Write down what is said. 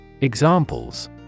examples